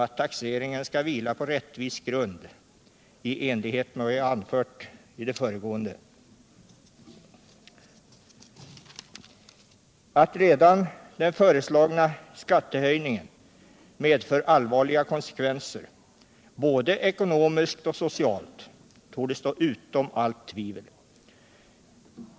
Taxeringen måste vila på en rättvis grund i enlighet med vad jag anfört i det föregående. Att redan den föreslagna skattehöjningen med för allvarliga konsekvenser, både ekonomiskt och socialt, torde stå utom allt tvivel.